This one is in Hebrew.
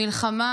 מלחמה